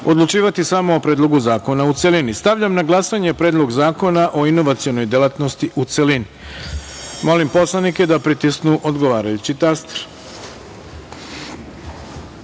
odlučivati samo o Predlogu zakona u celini. Stavljam na glasanje Predlog Zakona o inovacionoj delatnosti u celini. Molim poslanike da pritisnu odgovarajući